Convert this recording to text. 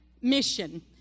Mission